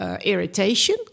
irritation